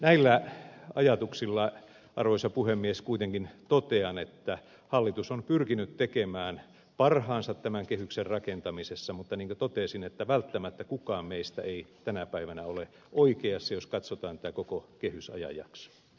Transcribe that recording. näillä ajatuksilla arvoisa puhemies kuitenkin totean että hallitus on pyrkinyt tekemään parhaansa tämän kehyksen rakentamisessa mutta niin kuin totesin välttämättä kukaan meistä ei tänä päivänä ole oikeassa jos katsotaan tätä koko city sai ajax